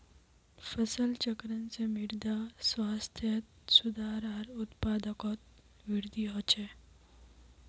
फसल चक्रण से मृदा स्वास्थ्यत सुधार आर उत्पादकतात वृद्धि ह छे